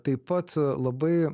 taip pat labai